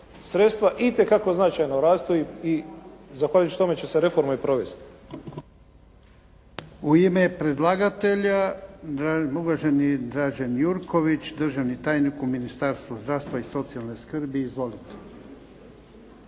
Sredstva itekako značajno rastu i zahvaljujući tome će se reforma i provesti. **Jarnjak, Ivan (HDZ)** U ime predlagatelja, uvaženi Dražen Jurković, državni tajnik u Ministarstvu zdravstva i socijalne skrbi. Izvolite.